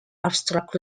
abstract